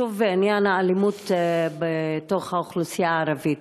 שוב עניין האלימות באוכלוסייה הערבית.